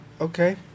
Okay